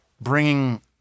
bringing